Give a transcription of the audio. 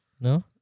No